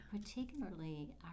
particularly